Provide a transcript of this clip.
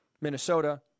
Minnesota